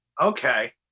Okay